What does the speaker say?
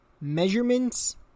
measurements